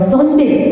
Sunday